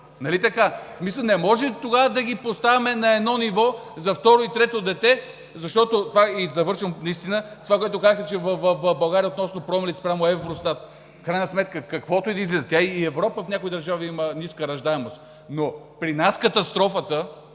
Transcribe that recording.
не може тогава да ги поставяме на едно ниво за второ и трето дете – и с това завършвам, това, което казахте за България относно данните спрямо Евростат, в крайна сметка каквото и да излиза – и в Европа в някои държави има ниска раждаемост, но при нас катастрофата